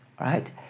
right